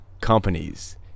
companies